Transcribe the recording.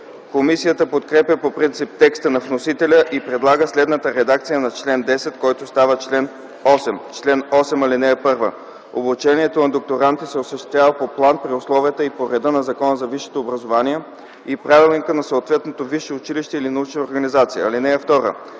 Комисията подкрепя по принцип текста на вносителя и предлага следната редакция на чл. 10, който става чл. 8: „Чл. 8. (1) Обучението на докторантите се осъществява по план при условията и по реда на Закона за висшето образование и правилника на съответното висше училище или научна организация. (2)